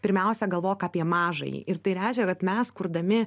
pirmiausia galvok apie mažąjį ir tai reiškia kad mes kurdami